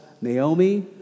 Naomi